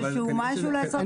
משהו לעשות את זה?